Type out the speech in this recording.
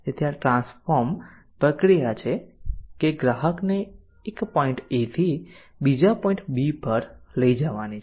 તેથી આ ટ્રાન્સફોર્મ પ્રક્રિયા એ છે કે ગ્રાહકને એક પોઈન્ટ A થી બીજા પોઈન્ટ B પર લઈ જવાની છે